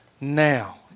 now